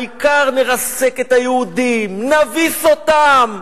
העיקר, נרסק את היהודים, נביס אותם.